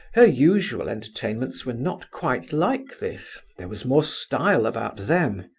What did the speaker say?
her usual entertainments were not quite like this there was more style about them.